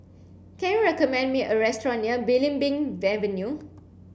can you recommend me a restaurant near Belimbing Avenue